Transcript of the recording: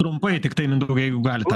trumpai tiktai mindaugai jeigu galite